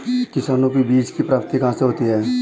किसानों को बीज की प्राप्ति कहाँ से होती है?